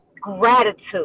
gratitude